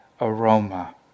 aroma